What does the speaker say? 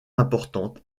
importante